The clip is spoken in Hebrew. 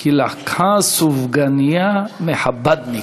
כי לקחה סופגנייה מחב"דניק.